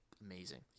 amazing